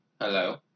Hello